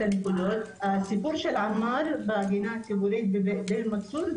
הסיפור של עמאר בגינה הציבורית באל מכסור,